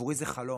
עבורי זה חלום.